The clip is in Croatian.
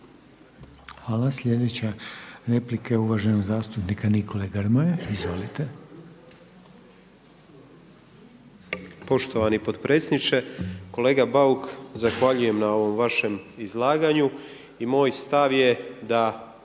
Hvala. Sljedeća replika je uvaženog zastupnika Nikole Grmoje. Izvolite. **Grmoja, Nikola (MOST)** Poštovani potpredsjedniče. Kolega Bauk zahvaljujem na ovom vašem izlaganju i moj stav je da